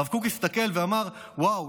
הרב קוק הסתכל ואמר: וואו,